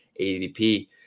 ADP